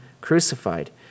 crucified